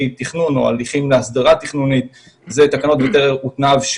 תכנון או של הליכים להסדרה תכנונית אלו תקנות היתר ותנאיו,